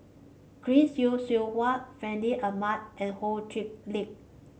Chris Yeo Siew Hua Fandi Ahmad and Ho Chee Lick